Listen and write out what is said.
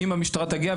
אם המשטרה תגיע,